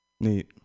Neat